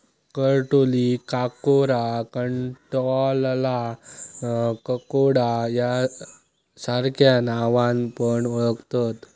करटोलीक काकोरा, कंटॉला, ककोडा सार्ख्या नावान पण ओळाखतत